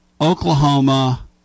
Oklahoma